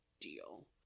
deal